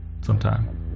sometime